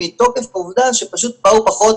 מתוקף העובדה שפשוט באו פחות,